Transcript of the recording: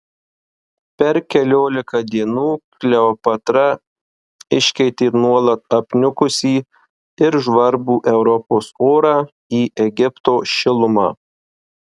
per keliolika dienų kleopatra iškeitė nuolat apniukusį ir žvarbų europos orą į egipto šilumą